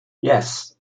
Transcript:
yes